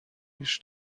گوش